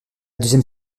deuxième